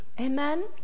Amen